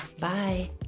bye